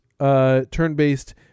turn-based